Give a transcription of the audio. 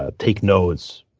ah take notes,